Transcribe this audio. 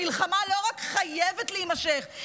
המלחמה לא רק חייבת להימשך,